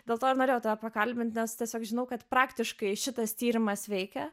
dėl to ir norėjau tave prakalbint nes tiesiog žinau kad praktiškai šitas tyrimas veikia